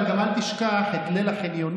אבל גם אל תשכח את ליל החניונים.